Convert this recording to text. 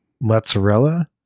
mozzarella